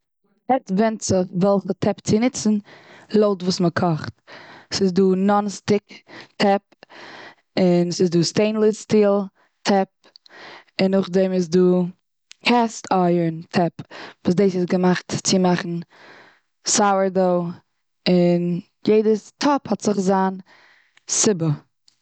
עכט ווענדט זיך וועלכע טעפ צו ניצן לויט וואס מ'קאכט. ס'איז דא נאן סטיק טעפ, און ס'איז דא סטעינלעס סטיל טעפ. און נאכדעם איז דא קעסט אייראן טעפ, וואס דאס איז געמאכט צו מאכן סאוער דאו. און יעדע טאפ האט זיך זיין סיבה.